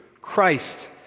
christ